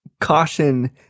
caution